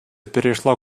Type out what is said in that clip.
перешла